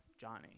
Johnny